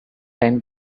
time